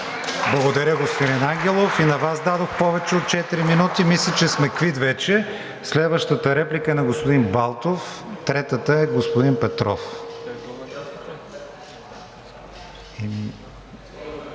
Благодаря, господин Ангелов. И на Вас дадох повече от четири минути. Мисля, че вече сме квит. Следващата реплика е на господин Балтов, третата е на господин Петров.